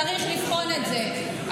צריך לבחון את זה,